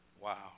Wow